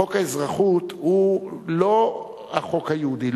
חוק האזרחות הוא לא החוק היהודי,